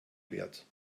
wert